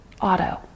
auto